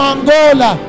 Angola